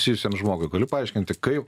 susijusiam žmogui gali paaiškinti kaip